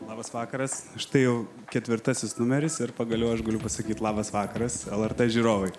labas vakaras štai jau ketvirtasis numeris ir pagaliau aš galiu pasakyti labas vakaras lrt žiūrovai